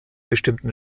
bestimmten